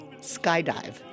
Skydive